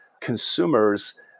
consumers